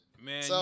Man